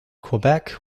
quebec